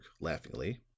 laughingly